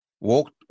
walk